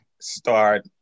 start